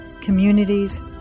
communities